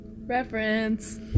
Reference